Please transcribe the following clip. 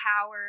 power